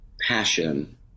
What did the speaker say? passion